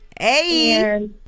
Hey